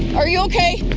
are you ok?